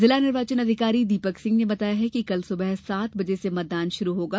जिला निर्वाचन अधिकारी दीपक सिंह ने बताया कि कल सुबह सात बजे से मतदान शुरू होगा